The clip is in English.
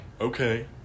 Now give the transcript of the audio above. okay